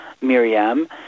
Miriam